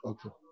Okay